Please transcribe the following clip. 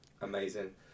Amazing